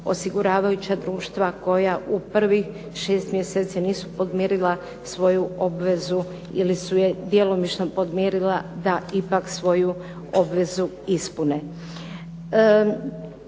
osiguravajuća društva koja u prvih 6 mjeseci nisu podmirila svoju obvezu ili su je djelomično podmirila da ipak svoju obvezu ispune.